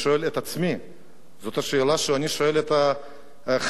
זאת השאלה שאני שואל את החברים שלי בקדימה,